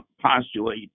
postulate